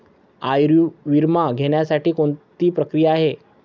आयुर्विमा घेण्यासाठी कोणती प्रक्रिया आहे?